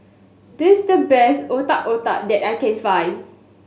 this the best Otak Otak that I can find